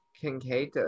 Kincaid